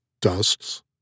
dusts